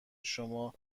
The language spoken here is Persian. شما